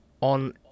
on